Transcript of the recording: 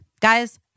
Guys